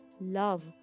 love